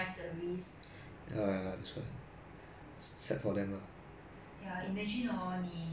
在家每天看电脑 then it's like talking to virtual friend is not a real friend